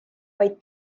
vaid